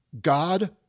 God